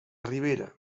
ribera